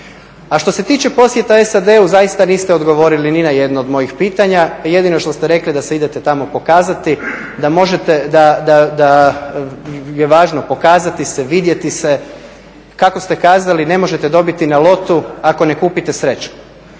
A što se tiče posjeta SAD-u, zaista niste odgovorili ni na jedno od mojih pitanja. Jedino što ste rekli da se idete tamo pokazati, da je važno pokazati se, vidjeti se. Kako ste kazali, ne možete dobiti na lotu ako ne kupite srećku.